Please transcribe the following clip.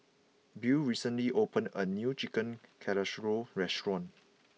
Beau recently opened a new Chicken Casserole restaurant